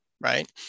right